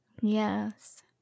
Yes